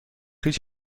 هیچ